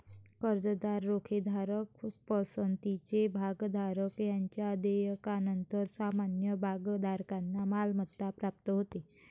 कर्जदार, रोखेधारक, पसंतीचे भागधारक यांच्या देयकानंतर सामान्य भागधारकांना मालमत्ता प्राप्त होते